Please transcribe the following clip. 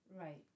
Right